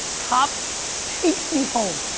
cop takes me home,